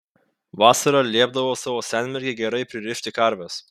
vasarą liepdavo savo senmergei gerai pririšti karves